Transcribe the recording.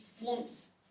wants